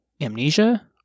amnesia